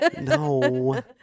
No